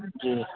جی